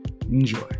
Enjoy